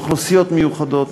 אוכלוסיות מיוחדות,